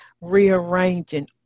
rearranging